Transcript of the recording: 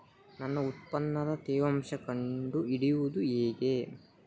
ನನ್ನ ಉತ್ಪನ್ನದ ತೇವಾಂಶ ಕಂಡು ಹಿಡಿಯುವುದು ಹೇಗೆ?